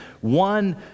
one